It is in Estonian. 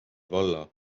valla